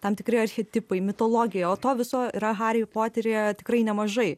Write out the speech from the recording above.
tam tikri archetipai mitologija o to viso yra haryje poteryje tikrai nemažai